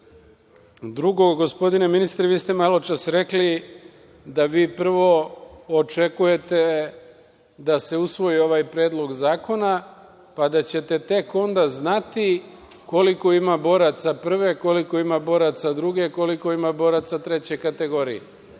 doneti. Drugo, gospodine ministre, vi ste maločas rekli da vi prvo očekujete da se usvoji ovaj Predlog zakona, pa da ćete tek onda znati koliko ima boraca prve, koliko ima boraca druge, koliko ima boraca treće kategorije,